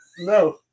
No